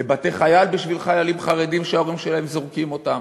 לבתי-חייל בשביל חיילים חרדים שההורים שלהם זורקים אותם?